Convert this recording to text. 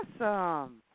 awesome